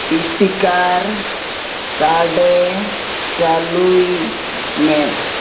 speaker ᱥᱟᱰᱮ ᱪᱟᱹᱞᱩᱭ ᱢᱮ